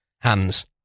Hands